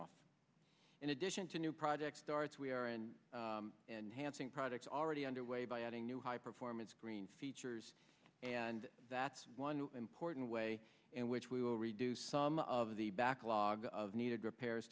off in addition to new projects starts we are and and hansen projects already underway by adding new high performance green features and that's one important way in which we will reduce some of the backlog of needed repairs